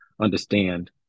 understand